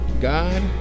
God